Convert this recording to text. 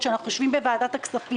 שלא הגשתם